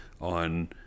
on